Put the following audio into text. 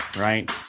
right